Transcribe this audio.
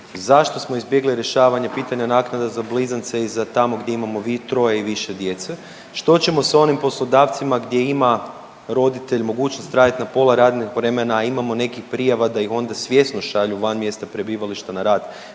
zašto smo izbjegli rješavanje pitanja naknada za blizance i za tamo gdje imamo troje i više djece, što ćemo s onim poslodavcima gdje ima roditelj mogućnost raditi na pola radnog vremena, a imamo nekih prijava da ih onda svjesno šalju van mjesta prebivališta na rad